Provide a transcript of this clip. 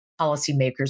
policymakers